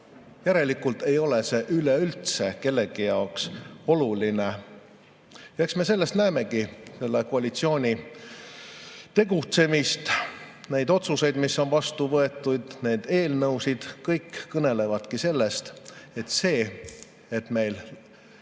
Järelikult ei ole see üleüldse kellegi jaoks oluline. Eks me näemegi selle koalitsiooni tegutsemist, neid otsuseid, mis on vastu võetud, neid eelnõusid. Kõik kõnelevad sellest, et see, et meil